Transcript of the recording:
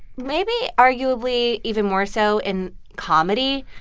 maybe arguably, even more so in comedy,